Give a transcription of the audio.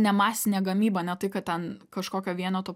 ne masinė gamyba ne tai kad ten kažkokio vieneto